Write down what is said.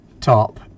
top